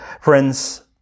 Friends